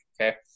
okay